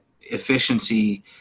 efficiency